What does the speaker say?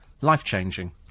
Life-changing